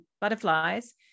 butterflies